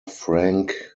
frank